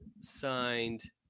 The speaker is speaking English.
signed –